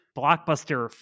blockbuster